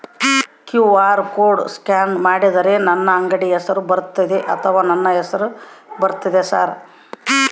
QR code scan ಮಾಡಿದರೆ ನನ್ನ ಅಂಗಡಿ ಹೆಸರು ಬರ್ತದೋ ಅಥವಾ ನನ್ನ ಹೆಸರು ಬರ್ತದ ಸರ್?